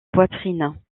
poitrine